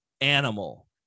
animal